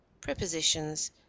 Prepositions